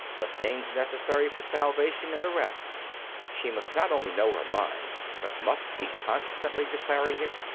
the things necessary for salvation, and the rest she must not only know her mind, but must be constantly declaring it,